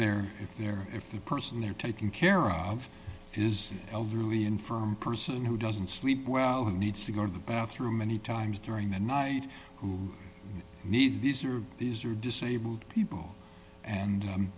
they're if they're if the person they're taking care of his elderly infirm person who doesn't sleep well who needs to go to the bathroom many times during the night who need these are these are disabled people and